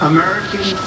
American